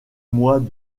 mois